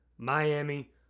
Miami